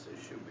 issue